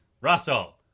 Russell